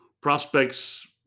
prospects